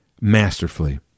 masterfully